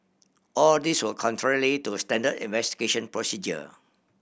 all these were contrary to standard investigation procedure